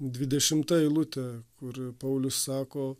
dvidešimta eilutė kur paulius sako